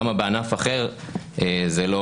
למה בענף אחר זה לא